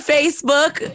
Facebook